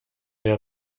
der